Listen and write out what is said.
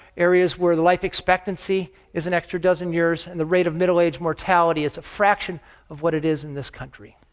areas where the life expectancy is an extra dozen years, and the rate of middle age mortality is a fraction of what it is in this country.